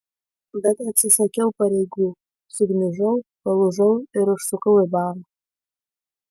bet atsisakiau pareigų sugniužau palūžau ir užsukau į barą